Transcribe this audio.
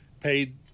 paid